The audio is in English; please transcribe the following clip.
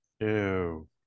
Ew